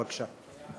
בבקשה.